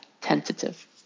tentative